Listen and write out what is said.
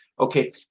Okay